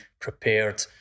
prepared